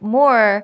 more